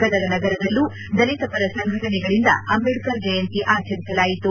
ಗದಗ ನಗರದಲ್ಲೂ ದಲಿತ ಪರ ಸಂಘಟನೆಗಳಿಂದ ಅಂಬೇಡ್ತರ್ ಜಯಂತಿ ಆಚರಿಸಲಾಯಿತು